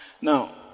Now